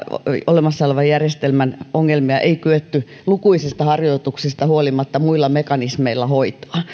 olemassa olevan järjestelmän ongelmia ei kyetty lukuisista harjoituksista huolimatta muilla mekanismeilla hoitamaan